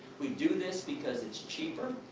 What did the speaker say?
we do this because it's cheaper,